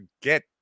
get